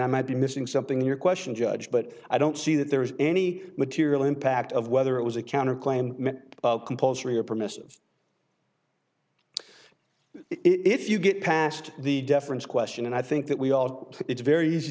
i might be missing something in your question judge but i don't see that there is any material impact of whether it was a counterclaim meant compulsory or permissive if you get past the deference question and i think that we all know it's very easy